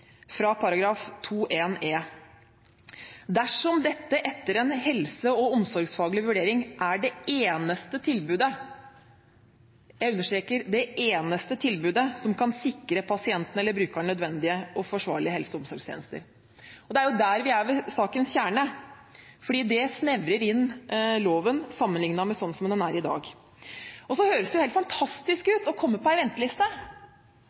fra § 2-1 e: «dersom dette etter en helse- og omsorgsfaglig vurdering er det eneste tilbudet» – jeg understreker det eneste tilbudet – «som kan sikre pasienten eller brukeren nødvendige og forsvarlige helse- og omsorgstjenester.» Der er vi ved sakens kjerne, fordi det snevrer inn loven sammenlignet med sånn som den er i dag. Det høres helt fantastisk ut å komme på en venteliste.